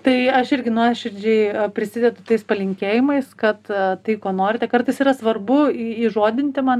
tai aš irgi nuoširdžiai prisidedu tais palinkėjimais kad tai ko norite kartais yra svarbu įžodinti man